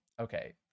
Okay